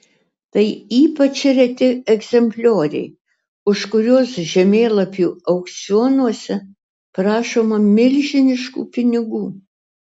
tai ypač reti egzemplioriai už kuriuos žemėlapių aukcionuose prašoma milžiniškų pinigų